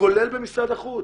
כולל במשרד החוץ.